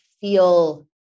feel